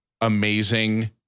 amazing